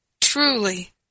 truly